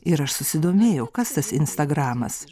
ir aš susidomėjau kas tas instagramas